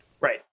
Right